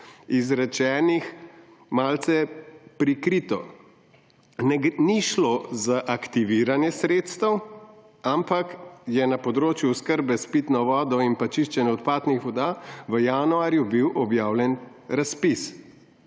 izrečenih malo prikrito. Ni šlo za aktiviranje sredstev, ampak je na področju oskrbe s pitno vodo in čiščenje odpadnih voda v januarju bil objavljen razpis.